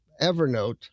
Evernote